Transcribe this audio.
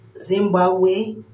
Zimbabwe